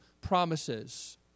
promises